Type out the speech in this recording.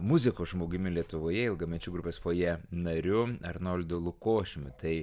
muzikos žmogumi lietuvoje ilgamečiu grupės fojė nariu arnoldu lukošiumi tai